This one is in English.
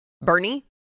Bernie